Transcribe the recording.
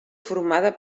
formada